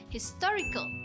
Historical